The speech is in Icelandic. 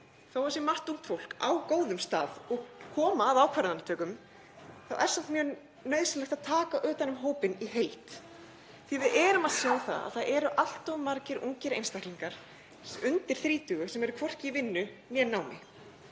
sé margt ungt fólk á góðum stað og komi að ákvarðanatökum þá er samt nauðsynlegt að taka utan um hópinn í heild því að við erum að sjá það að það eru allt of margir einstaklingar undir þrítugu sem eru hvorki í vinnu né námi.